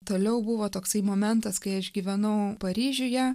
toliau buvo toksai momentas kai aš gyvenau paryžiuje